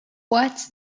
what’s